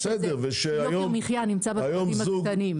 יוקר המחייה נמצא בפרטים הקטנים.